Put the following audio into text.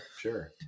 sure